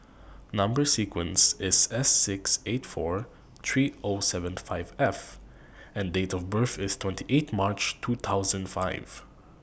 Number sequence IS S six eight four three Zero seven five F and Date of birth IS twenty eight March two thousand five